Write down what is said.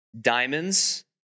diamonds